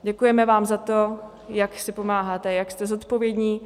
Děkujeme vám za to, jak si pomáháte, jak jste zodpovědní.